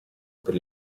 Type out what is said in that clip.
per